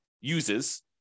uses